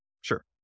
Sure